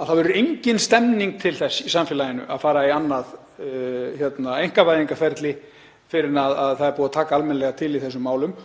að það verður engin stemning fyrir því í samfélaginu að fara í annað einkavæðingarferli fyrr en búið er að taka almennilega til í þessum málum